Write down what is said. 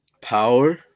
Power